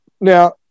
now